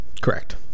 correct